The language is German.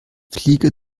fliege